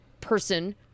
person